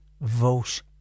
vote